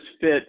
fit